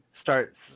start